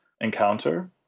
encounter